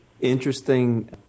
Interesting